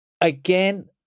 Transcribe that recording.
again